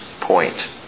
point